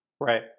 Right